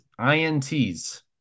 INTs